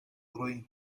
growing